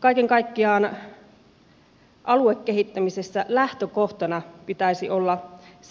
kaiken kaikkiaan aluekehittämisessä lähtökohtana pitäisi olla